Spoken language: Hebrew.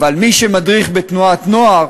אבל מי שמדריך בתנועת נוער